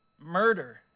murder